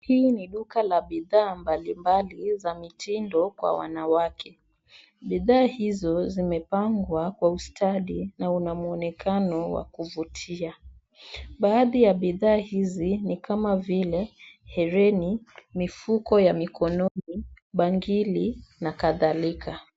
Hili ni duka la bidhaa mbalimbali za mitindo kwa wanawake. Bidhaa hizo zimepangwa kwa ustadi na una mwonekano wa kuvutia. Baadhi ya bidhaa hizi ni kama vile hereni, mifuko ya mikononi, bangili na kadhalika.